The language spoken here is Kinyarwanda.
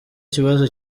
kibazo